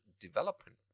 development